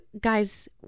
Guys